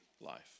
life